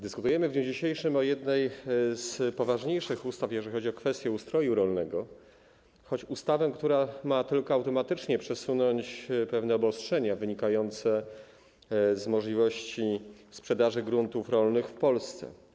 Dyskutujemy w dniu dzisiejszym o jednej z poważniejszych ustaw, jeżeli chodzi o kwestie ustroju rolnego, choć jest to ustawa, która ma tylko automatycznie przesunąć pewne obostrzenia, jeśli chodzi o możliwość sprzedaży gruntów rolnych w Polsce.